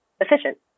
efficient